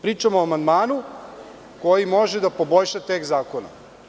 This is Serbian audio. Pričamo o amandmanu koji može da poboljša tekst zakona.